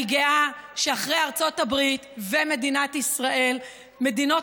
אני גאה שאחרי ארצות הברית ומדינת ישראל מדינות